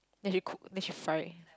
then she cook then she fry